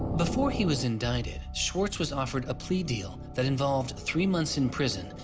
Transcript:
before he was indicted, swartz was offered a plea deal, that involved three months in prison,